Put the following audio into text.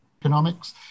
economics